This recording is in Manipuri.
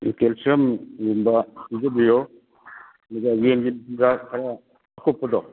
ꯎꯝ ꯀꯦꯜꯁꯤꯌꯝꯒꯨꯝꯕ ꯄꯤꯖꯕꯤꯌꯣ ꯑꯗꯨꯒ ꯌꯦꯟꯒꯤ ꯃꯆꯤꯟꯖꯥꯛ ꯈꯔ ꯑꯀꯨꯞꯄꯗꯣ